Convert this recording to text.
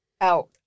out